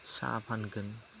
साहा फानगोन